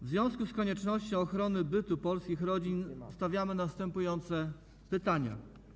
W związku z koniecznością ochrony bytu polskich rodzin stawiamy następujące pytania.